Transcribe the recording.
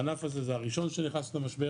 הענף הזה הוא הראשון שנכנס למשבר